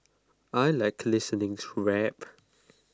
I Like listening to rap